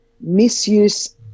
misuse